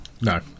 No